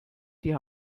die